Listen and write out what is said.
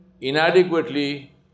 inadequately